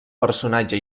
personatge